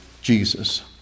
Jesus